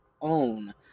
own